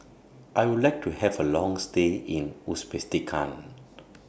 I Would like to Have A Long stay in Uzbekistan